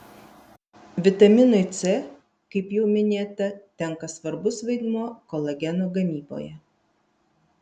vitaminui c kaip jau minėta tenka svarbus vaidmuo kolageno gamyboje